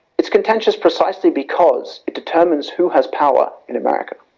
its contentious precisely because it determines who has power in america.